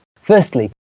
Firstly